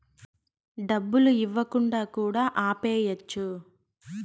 డబ్బులు ఇవ్వకుండా కూడా ఆపేయచ్చు